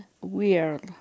weird